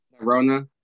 rona